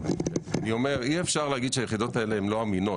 אני אומר שאי אפשר להגיד שהיחידות האלה לא אמינות,